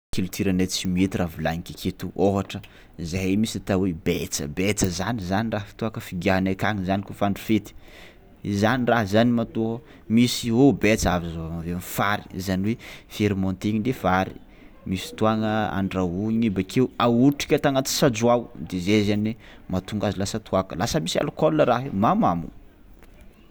Culture anay tsimihety raha volaniky aketo ôhatra zahay misy atao hoe betsa, betsa zany zany raha fi- toaka figiàhanay akagny zany kaofa andro fety, izany raha zany matôa misy io betsa avy fary zany hoe fermenter-gny le fary, misy fotoagna andrahoigny bakeo ahotrika ata anaty sadro ao de zay zany mahatonga azy lasa toàka lasa misy alcool raha io mahamamo.